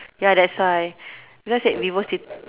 ya that's why people said VivoCit~